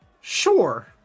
Sure